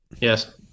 Yes